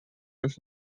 was